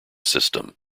system